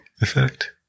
effect